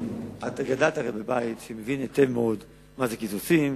את גדלת הרי בבית שמבין היטב מה זה קיצוצים,